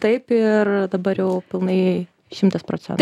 taip ir dabar jau pilnai šimtas procentų